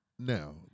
Now